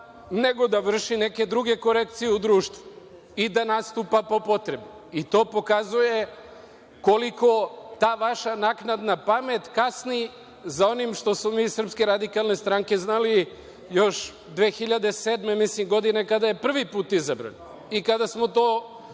nego da vrši neke druge korekcije u društvu i da nastupa po potrebi. To pokazuje koliko ta vaša naknadna pamet kasni za onim što smo mi iz SRS znali još 2007. godine, mislim, kada je prvi put izabran i kada smo to